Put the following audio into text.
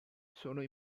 sono